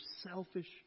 selfish